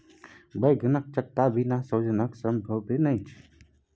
बैंगनक चक्का बिना सोजन संभवे नहि छै